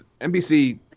NBC